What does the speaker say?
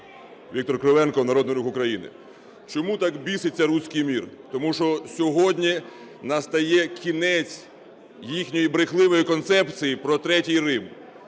Віктор Кривенко, Народний Рух України. Чому так біситься "русский мир"? Тому що сьогодні настає кінець їхньої брехливої концепції про "Третій Рим".